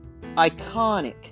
Iconic